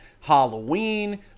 Halloween